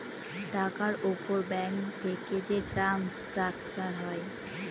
টাকার উপর ব্যাঙ্ক থেকে যে টার্ম স্ট্রাকচার হয়